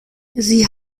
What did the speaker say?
sie